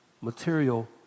material